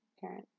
parent